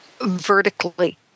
Vertically